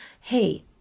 hey